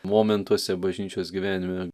momentuose bažnyčios gyvenime